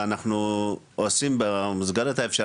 כסביבה לחשיפה והשפעה על בני הנוער עצמם ואנחנו נשמע מבני הנוער עצמם,